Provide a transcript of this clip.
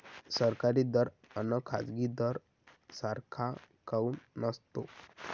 सरकारी दर अन खाजगी दर सारखा काऊन नसतो?